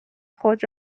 خود